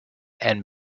and